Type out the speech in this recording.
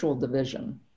division